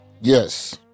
Yes